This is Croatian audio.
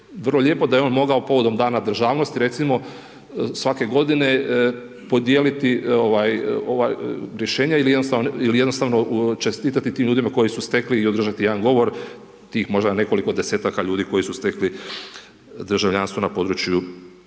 vrlo lijepo da je on mogao povodom dana državnosti, recimo svake godine podijeliti ova rješenja ili jednostavno čestitati tim ljudima koji su stekli i održati jedan govor tih možda nekoliko desetaka ljudi koji su stekli državljanstvo na području